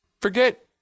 forget